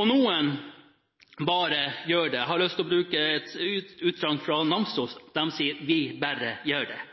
Noen bare gjør det. Jeg har lyst til å bruke et utsagn fra Namsos. Der sier de: «Vi bærre gjær det».